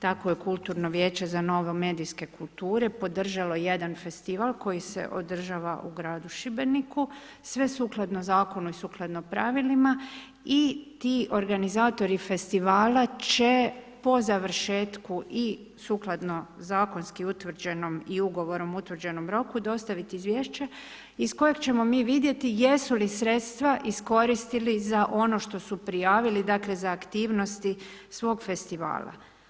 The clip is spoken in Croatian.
Tako je kulturno vijeće za novomedijske kulture podržalo jedan festival koji se održava u gradu Šibeniku sve sukladno Zakonu i sukladno pravilima i ti organizatori festivala će po završetku i sukladno zakonski utvrđenom i ugovorom utvrđenom roku dostaviti izvješće iz kojeg ćemo mi vidjeti jesu li sredstva iskoristili za ono što su prijavili, dakle za aktivnosti svog festivala.